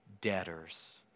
debtors